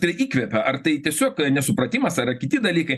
tai įkvepia ar tai tiesiog nesupratimas ar kiti dalykai